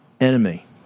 enemy